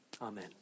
amen